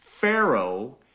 Pharaoh